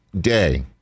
day